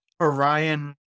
Orion